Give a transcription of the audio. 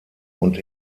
und